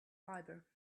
fibre